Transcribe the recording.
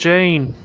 Jane